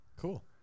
cool